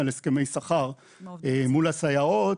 האוצר ומרגי הגיעו להבנות של השוואת שכר הסייעות